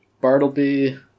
Bartleby